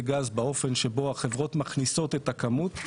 גז באופן שבו החברות מכניסות את הכמות,